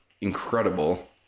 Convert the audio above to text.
incredible